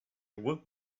woot